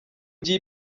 gihe